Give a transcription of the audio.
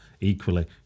equally